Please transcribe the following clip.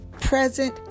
present